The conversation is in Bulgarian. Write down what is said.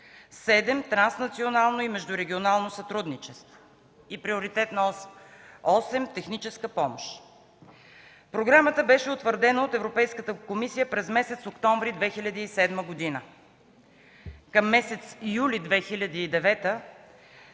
7: транснационално и междурегионално сътрудничество; - Приоритетна ос 8: техническа помощ. Програмата беше утвърдена от Европейската комисия през месец октомври 2007 г. Към месец юли 2009